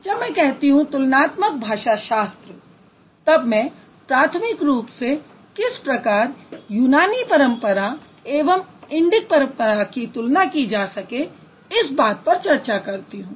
जब मैं कहती हूँ तुलनात्मक भाषा शास्त्र तब मैं प्राथमिक रूप से किस प्रकार यूनानी परंपरा एवं इंडिक परंपरा की तुलना की जा सके इस बात पर चर्चा करती हूँ